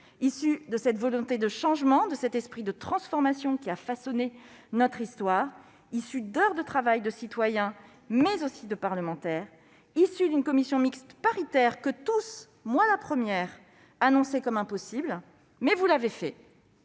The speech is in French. issu de cette volonté de changement, de cet esprit de transformation qui a façonné notre histoire. Il est issu d'heures de travail de citoyens, mais aussi de parlementaires, et issu d'une commission mixte paritaire que tous- moi la première -, annonçaient comme impossible. Pourtant, vous l'avez fait